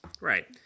Right